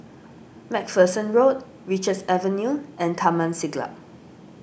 MacPherson Road Richards Avenue and Taman Siglap